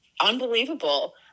unbelievable